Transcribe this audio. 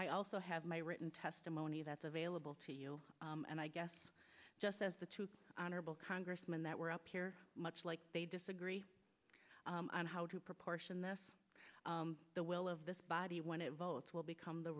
i also have my written testimony that's available to you and i guess just as the two honorable congressmen that we're up here much like they disagree on how to proportion this the will of this body when it votes will become the